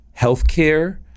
healthcare